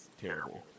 terrible